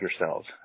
yourselves